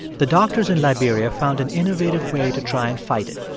the doctors in liberia found an innovative way to try and fight it.